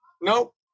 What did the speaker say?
nope